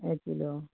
एक किलो